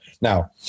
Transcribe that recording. Now